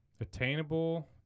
Attainable